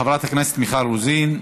חברת הכנסת מיכל רוזין,